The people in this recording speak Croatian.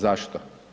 Zašto?